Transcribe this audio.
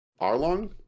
Arlong